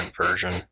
version